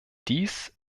dies